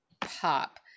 pop